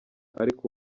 ariko